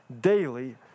daily